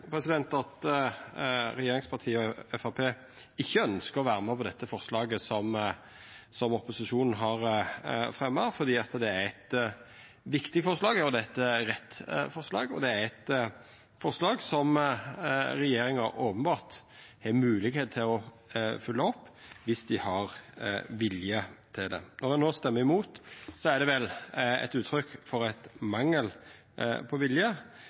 at regjeringspartia og Framstegspartiet ikkje ynskjer å vera med på dette forslaget som opposisjonen har fremja, for det er eit viktig forslag, det er eit rett forslag, og det er eit forslag som det openbert er mogeleg for regjeringa å fylgja opp, om dei har vilje til det. Når dei no røystar mot, er det vel eit uttrykk for mangel på vilje,